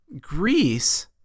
Greece